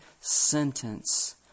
sentence